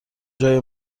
جای